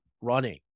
running